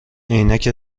عینک